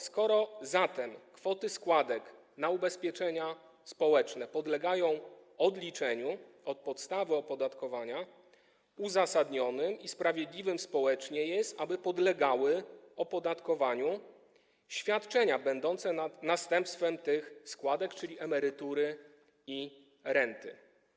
Skoro zatem kwoty składek na ubezpieczenia społeczne podlegają odliczeniu od podstawy opodatkowania, uzasadnionym i sprawiedliwym społecznie jest, aby podlegały opodatkowaniu świadczenia będące następstwem tych składek, czyli emerytury i renty.